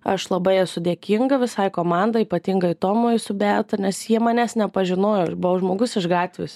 aš labai esu dėkinga visai komandai ypatingai tomui su beata nes jie manęs nepažinojo aš buvau žmogus iš gatvės